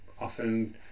often